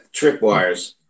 tripwires